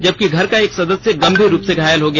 जबकि घर का एक सदस्य गंभीर रूप से घायल हो गया